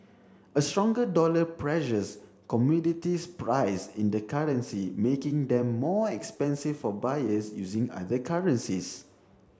a stronger dollar pressures commodities priced in the currency making them more expensive for buyers using other currencies